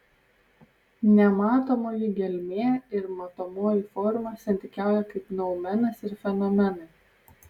nematomoji gelmė ir matomoji forma santykiauja kaip noumenas ir fenomenai